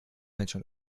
menschen